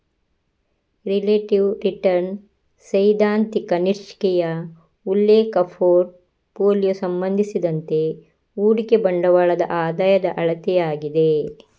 relative return ಸೈದ್ಧಾಂತಿಕ ನಿಷ್ಕ್ರಿಯ ಉಲ್ಲೇಖ ಪೋರ್ಟ್ ಫೋಲಿಯೊ ಸಂಬಂಧಿಸಿದಂತೆ ಹೂಡಿಕೆ ಬಂಡವಾಳದ ಆದಾಯದ ಅಳತೆಯಾಗಿದೆ